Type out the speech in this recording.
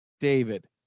David